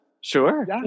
Sure